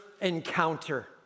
encounter